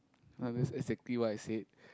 no that's exactly what I said